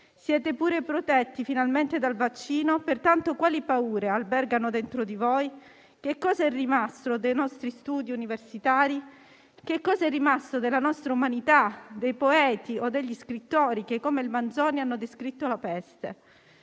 Siete pure protetti finalmente dal vaccino, pertanto quali paure albergano dentro di voi? Che cosa è rimasto dei nostri studi universitari? Che cosa è rimasto della nostra umanità, dei poeti o degli scrittori che, come Manzoni, hanno descritto la peste?